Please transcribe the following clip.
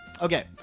Okay